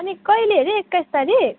अनि कहिले अरे एक्काइस तारिख